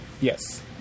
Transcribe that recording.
Yes